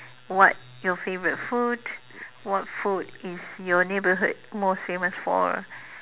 what your favourite food what food is your neighbourhood most famous for